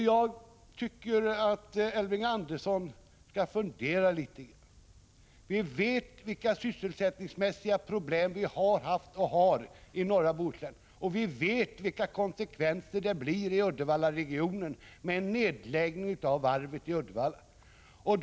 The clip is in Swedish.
Jag tycker att Elving Andersson skall fundera litet grand. Vi vet vilka sysselsättningsmässiga problem man har haft och har i norra Bohuslän och vi vet vilka konsekvenser en nedläggning av varvet får i Uddevallaregionen.